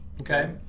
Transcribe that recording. Okay